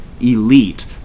elite